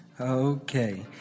Okay